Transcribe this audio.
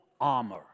armor